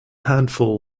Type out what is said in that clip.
handful